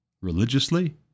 religiously